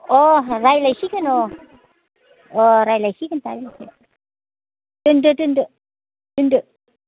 अ रायज्लायसिगोन अ अ रायज्लायसिगोन दा दोन्दो दोन्दो दोन्दो